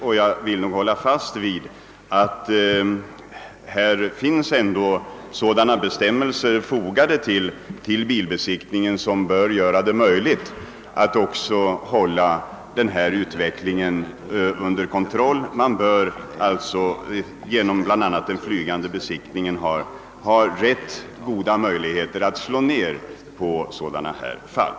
Bestämmelserna för bilbesiktningen är dock sådana att det bör vara möjligt att hålla utvecklingen under kontroll. Man bör bl.a. genom den flygande besiktningen ha rätt goda möjligheter att slå ned på sådana här fall.